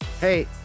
hey